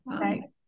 Thanks